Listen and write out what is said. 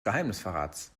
geheimnisverrats